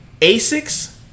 Asics